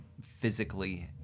physically